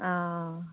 ꯑꯥ